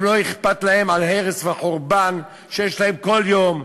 לא אכפת להם מההרס והחורבן שיש להם כל יום.